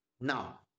Now